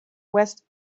west